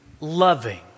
loving